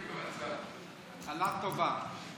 התחלה טובה.